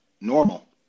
normal